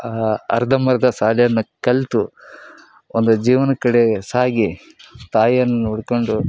ಆ ಅರ್ಧಂಬರ್ಧ ಶಾಲೆಯನ್ನ ಕಲಿತು ಒಂದು ಜೀವನ ಕಡೆ ಸಾಗಿ ತಾಯಿಯನ್ನು ನೋಡಿಕೊಂಡು